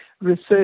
research